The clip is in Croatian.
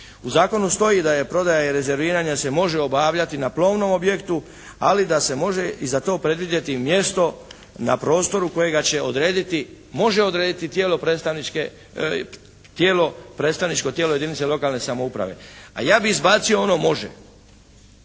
U zakonu stoji da je prodaja i rezerviranje se može obavljati na plovnom objektu, ali da se može i za to predvidjeti i mjesto na prostoru kojega će odrediti, može odrediti tijelo, predstavničko tijelo jedinica lokalne samouprave. A ja bih izbacio ono može.